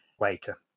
later